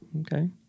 Okay